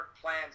plans